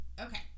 okay